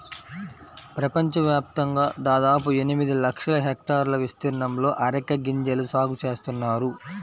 ప్రపంచవ్యాప్తంగా దాదాపు ఎనిమిది లక్షల హెక్టార్ల విస్తీర్ణంలో అరెక గింజల సాగు చేస్తున్నారు